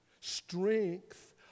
strength